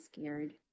scared